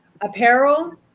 apparel